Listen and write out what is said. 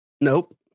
nope